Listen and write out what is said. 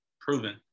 proven